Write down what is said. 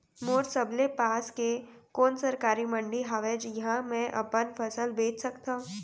मोर सबले पास के कोन सरकारी मंडी हावे जिहां मैं अपन फसल बेच सकथव?